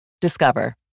Discover